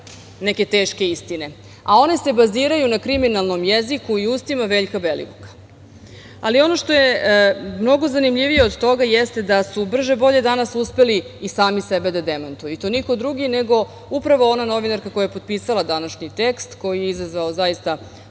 neke teške istine. One se baziraju na kriminalnom jeziku i ustima Veljka Belivuka. Ono što je mnogo zanimljivije od toga jeste da su brže bolje danas uspeli i sami sebe da demantuju i to niko drugi neko upravo ona novinarka koja je potpisala današnji tekst koji je izazvao zaista